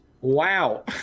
Wow